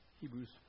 Hebrews